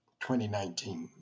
2019